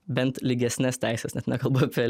bent lygesnes teises net nekalbu apie